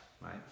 right